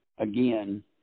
Again